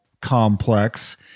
complex